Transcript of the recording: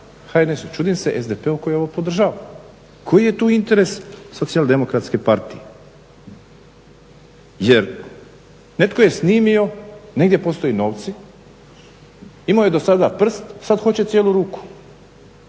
HNS-u, čudim se SDP-u koji ovo podržava. Koji je tu interes SDP-a? Jer netko je snimio negdje postoje novci, imao je do sada prst, sad hoće cijelu ruku.